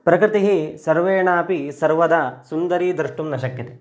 प्रकृतिः सर्वेणापि सर्वदा सुन्दरी द्रष्टुं न शक्यते